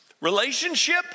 relationship